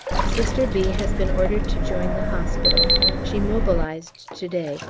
sister b. has been ordered to join the hospital she mobilised to-day,